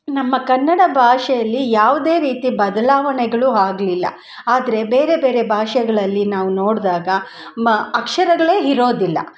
ನಮ್ಮ ಕನ್ನಡ ಭಾಷೆಯಲ್ಲಿ ಯಾವುದೇ ರೀತಿ ಬದಲಾವಣೆಗಳು ಆಗಲಿಲ್ಲ ಆದರೆ ಬೇರೆ ಬೇರೆ ಭಾಷೆಗ್ಳಲ್ಲಿ ನಾವು ನೋಡಿದಾಗ ಮ ಅಕ್ಷರಗಳೇ ಇರೋದಿಲ್ಲ